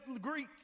Greek